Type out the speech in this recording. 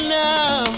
now